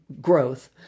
growth